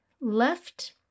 left